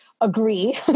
agree